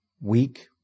weak